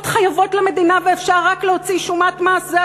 חייבות למדינה ואפשר רק להוציא שומת מס,